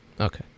okay